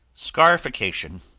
scarification,